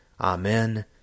Amen